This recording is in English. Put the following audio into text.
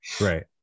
right